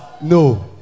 no